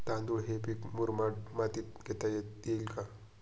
तांदूळ हे पीक मुरमाड मातीत घेता येईल का?